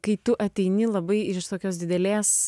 kai tu ateini labai iš tokios didelės